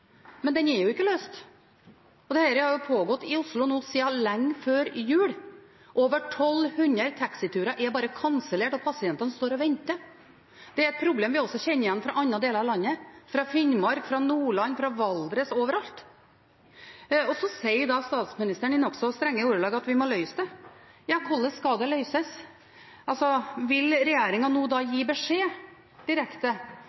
men den er jo ikke løst. Dette har pågått i Oslo siden lenge før jul. Over 1 200 taxiturer er bare kansellert, og pasientene står og venter. Dette er et problem vi også kjenner igjen fra andre deler av landet, fra Finnmark, fra Nordland, fra Valdres – overalt. Og så sier da statsministeren i nokså strenge ordelag at vi må løse det. Hvordan skal det løses? Vil regjeringen nå gi beskjed direkte